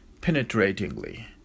penetratingly